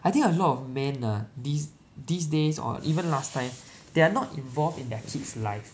I think a lot of men ah these these days or even last time they are not involved in their kid's life